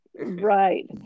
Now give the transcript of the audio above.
Right